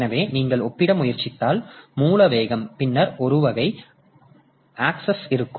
எனவே நீங்கள் ஒப்பிட முயற்சித்தால் மூல வேகம் பின்னர் இரு வகை பிராந்தியங்களுக்கும் ஆக்சஸ் இருக்கும்